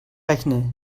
rechne